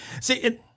see